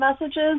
messages